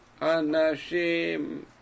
Anashim